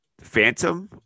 Phantom